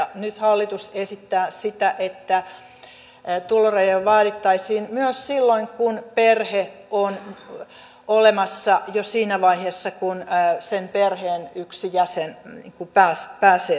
nyt hallitus esittää sitä että tulorajoja vaadittaisiin myös silloin kun perhe on olemassa jo siinä vaiheessa kun sen perheen yksi jäsen pääsee suomeen